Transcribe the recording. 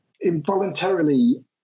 Involuntarily